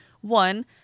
one